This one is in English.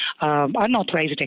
unauthorized